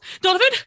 Donovan